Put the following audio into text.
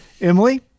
Emily